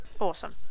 Awesome